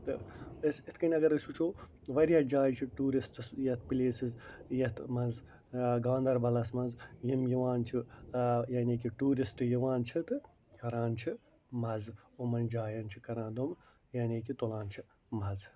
تہٕ أسی یِتھ کٔنۍ اگر أسۍ وٕچھو وارِیاہ جایہِ چھِ ٹوٗرسٹس یَتھ پٕلیسِز یَتھ منٛز گانٛدربلس منٛز یِم یِوان چھِ یعنی کہِ ٹوٗرسٹ یِوان چھِ تہٕ کَران چھِ مَزٕ یِمن جاین چھِ کَران تِم یعنی کہِ تُلان چھِ مزٕ